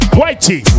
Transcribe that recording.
whitey